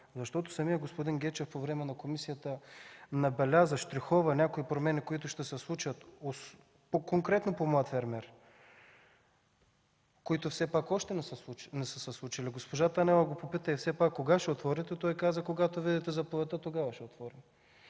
Защото самият господин Гечев по време на комисията отбеляза, щрихова някакви промени, които ще се случат конкретно по „Млад фермер”, които все пак още не са се случили. Госпожа Танева го попита: „И все пак, кога ще отворите”, той каза: „Когато видите заповедта, тогава ще отворим”.